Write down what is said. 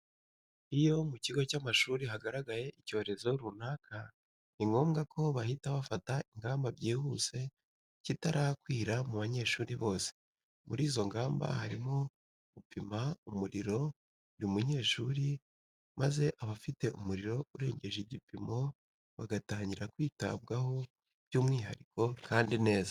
Iyo mu cyigo cy'amashuri hagaragaye icyorezo runaka ni ngombwa ko bahita bafata ingamba byihuse cyitarakwira mu banyeshuri bose. Muri izo ngamba harimo gupima umuriro buri munyeshuri maze abafite umuriro urenjyeje ijyipimo bagatanjyira kwitabwaho by'mwihariko kandi neza.